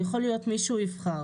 הוא יכול להיות מי שהוא יבחר.